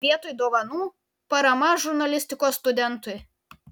vietoj dovanų parama žurnalistikos studentui